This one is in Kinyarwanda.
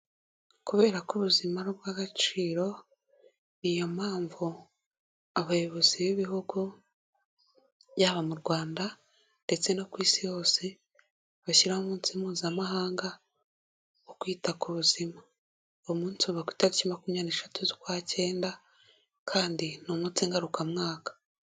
Kubera ko ubuzima ari ubw'agaciro, ni iyo mpamvu Abayobozi b'Ibihugu yaba mu Rwanda ndetse no ku isi hose, bashyiraho umunsi Mpuzamahanga wo kwita ku buzima. Uwo munsi uba ku itariki makumyabiri n'esheshatu z'ukwa cyenda, kandi ni umunsi ngarukamwaka.